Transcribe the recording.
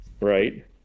Right